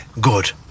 good